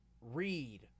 read